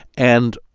and